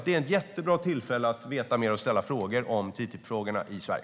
Det är ett jättebra tillfälle att få veta mer och ställa frågor om TTIP-frågorna i Sverige.